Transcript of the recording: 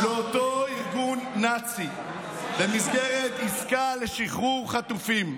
לאותו ארגון נאצי במסגרת עסקה לשחרור חטופים.